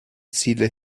ziele